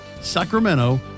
Sacramento